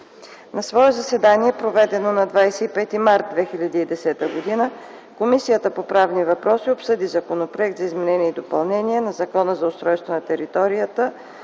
На свое заседание, проведено на 25 март 2010 г., Комисията по правни въпроси обсъди Законопроект за изменение и допълнение на Закона за устройство на територията,